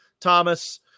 Thomas